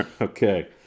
Okay